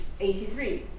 83